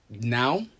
now